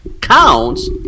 counts